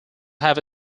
have